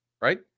right